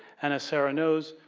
and, as sarah knows,